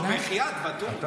לא, בחייאת, ואטורי.